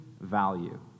value